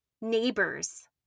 neighbors